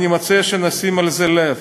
אני מציע שנשים לזה לב.